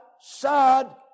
sad